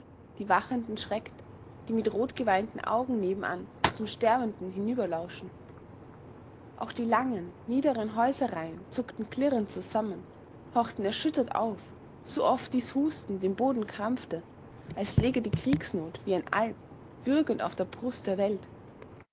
die wachenden schreckt die mit rotgeweinten augen nebenan zum sterbenden hinüberlauschen auch die langen niederen häuserreihen zuckten klirrend zusammen horchten erschüttert auf so oft dies husten den boden krampfte als läge die kriegsnot wie ein alp würgend auf der brust der welt